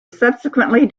subsequently